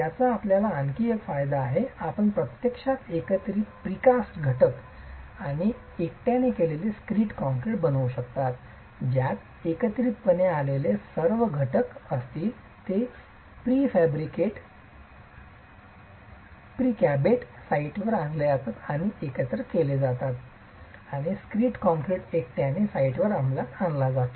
याचा आपल्याला आणखी एक फायदा आहे की आपण प्रत्यक्षात एकत्रित केलेले प्रीकॅस्ट घटक आणि एकट्याने केलेले स्क्रिड कॉंक्रिट बनवू शकतात ज्यात एकत्रितपणे आणलेले इतर सर्व घटक असतील ते प्रीकॅबेट प्रीफेब्रिकेटेड साइटवर आणले जातात आणि एकत्र केले जातात आणि स्क्रिड कॉंक्रिट एकट्याने साइटवर अंमलात आणला जातो